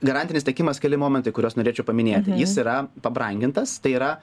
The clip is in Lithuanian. garantinis tiekimas keli momentai kuriuos norėčiau paminėti jis yra pabrangintas tai yra